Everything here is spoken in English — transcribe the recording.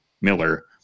Miller